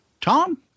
Tom